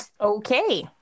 Okay